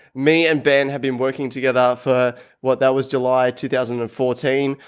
me and ben had been working together for what? that was july two thousand and fourteen.